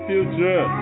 Future